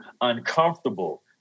uncomfortable